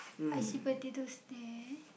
I see potatoes there